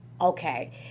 okay